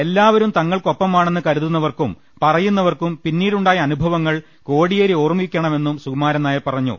എല്ലാ വരും തങ്ങൾക്കൊപ്പമാണെന്ന് കരുതുന്നവർക്കും പറയുന്നവർക്കും പിന്നീ ടുണ്ടായ അനുഭവങ്ങൾ കോടിയേരി ഓർമിക്കണമെന്നും സുകുമാ രൻനായർ പറഞ്ഞു